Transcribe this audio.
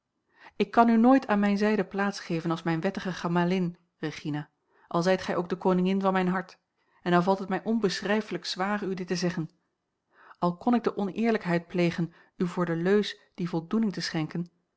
ik kan u nooit aan mijne zijde plaats geven als mijne wettige gemalin regina al zijt gij ook de koningin van mijn hart en al valt het mij onbeschrijfelijk zwaar u dit te zeggen al kon ik de oneerlijkheid plegen u voor de leus die voldoening te schenken